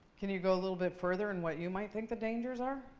can you go a little bit further in what you might think the dangers are?